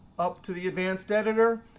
up to the advanced editor,